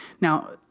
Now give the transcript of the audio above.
Now